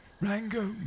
Rango